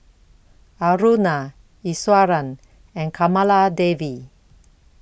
Aruna Iswaran and Kamaladevi